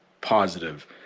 positive